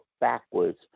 backwards